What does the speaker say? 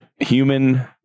human